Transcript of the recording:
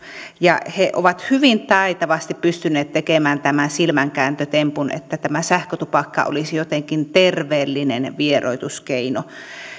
ja he ovat hyvin taitavasti pystyneet tekemään tämän silmänkääntötempun että tämä sähkötupakka olisi jotenkin terveellinen vieroituskeino